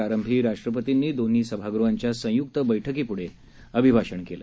प्रारंभी राष्ट्रपतींनी दोन्ही सभागृहांच्या संयूक्त बैठकीपुढं अभिभाषण केलं